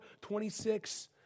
26